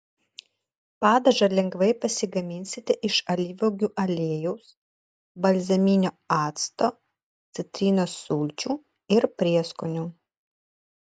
padažą lengvai pasigaminsite iš alyvuogių aliejaus balzaminio acto citrinos sulčių ir prieskonių